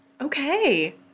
Okay